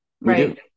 right